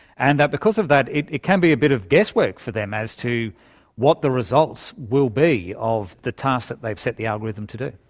and because of that it it can be a bit of guesswork for them as to what the results will be of the task that they've set the algorithm to do.